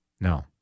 No